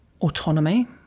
autonomy